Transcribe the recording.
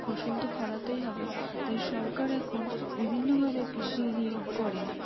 ফসলতো ফলাতেই হবে তাই সরকার এখন বিভিন্নভাবে কৃষি নিয়োগ করেন